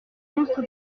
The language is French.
monstre